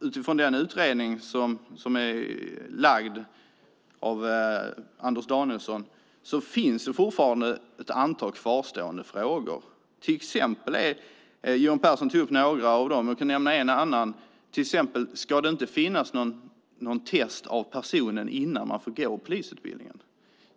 Utifrån den utredning som är lagd av Anders Danielsson finns det fortfarande ett antal kvarstående frågor. Johan Pehrson tog upp några av dem. Jag kan nämna en annan: Det ska inte finnas något test av personen innan denna får gå polisutbildningen.